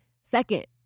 Second